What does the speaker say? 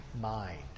mind